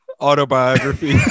autobiography